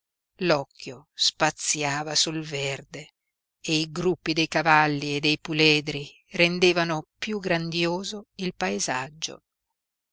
l'occhio spaziava sul verde e i gruppi dei cavalli e dei puledri rendevano piú grandioso il paesaggio